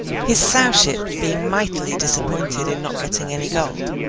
his sowship being mightily disappointed in not getting any gold,